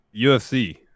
UFC